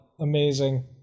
Amazing